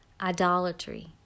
idolatry